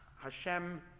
Hashem